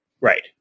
Right